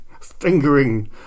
fingering